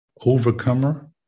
overcomer